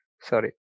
Sorry